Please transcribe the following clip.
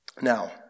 Now